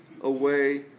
away